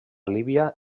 líbia